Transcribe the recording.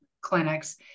clinics